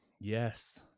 Yes